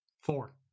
Four